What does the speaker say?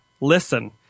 Listen